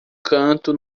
canto